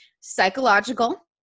psychological